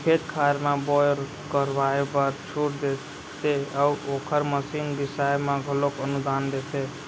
खेत खार म बोर करवाए बर छूट देते अउ ओखर मसीन बिसाए म घलोक अनुदान देथे